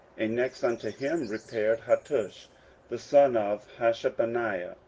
and next unto him repaired hattush the son of hashabniah.